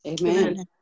Amen